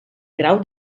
grau